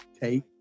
take